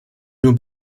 nur